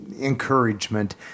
encouragement